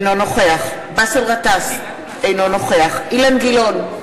אינו נוכח באסל גטאס, אינו נוכח אילן גילאון,